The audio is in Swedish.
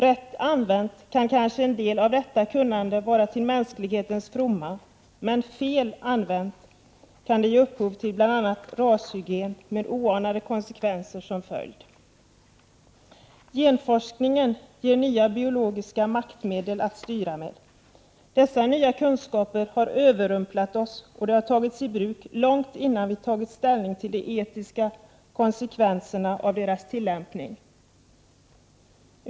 Rätt använt kan kanske en del av detta kunnande vara till mänsklighetens fromma, men fel använt kan det ge upphov till bl.a. rashygien, med oanade konsekvenser som följd. Genforskningen ger nya biologiska maktmedel att styra med. Dessa nya kunskaper har överrumplat oss, och de har tagits i bruk långt innan vi tagit ställning till de etiska konsekvenserna av deras tillämpning.